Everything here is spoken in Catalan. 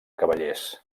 cavallers